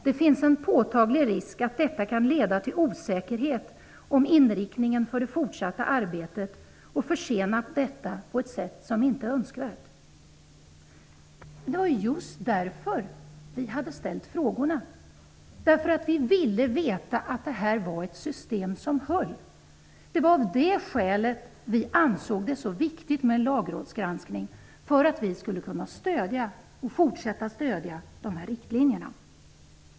Det finns en påtaglig risk att detta kan leda till osäkerhet om inriktningen för det fortsatta arbetet och försena detta på ett sätt som inte är önskvärt. Men det var ju just därför som frågorna hade ställts. Vi ville ju kunna vara säkra på att detta system var ett system som höll. För att vi skulle kunna fortsätta att stödja dessa riktlinjer ansåg vi det som mycket viktigt med en Lagrådsgranskning; det var ett av skälen.